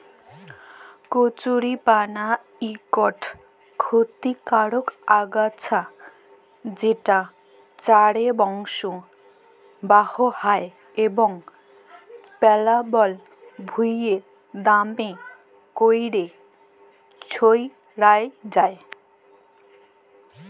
কচুরিপালা ইকট খতিকারক আগাছা যেট চাঁড়ে বংশ বাঢ়হায় এবং পেলাবল ভুঁইয়ে দ্যমে ক্যইরে ছইড়াই যায়